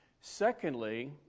Secondly